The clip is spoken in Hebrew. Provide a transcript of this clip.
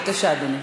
בבקשה, אדוני.